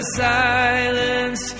silence